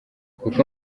kuko